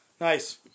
nice